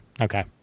Okay